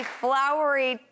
flowery